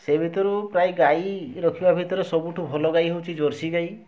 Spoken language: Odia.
ସେଇ ଭିତରୁ ପ୍ରାୟେ ଗାଈ ରଖିବା ଭିତରେ ସବୁଠୁ ଭଲ ଗାଈ ହେଉଛି ଜର୍ସି ଗାଈ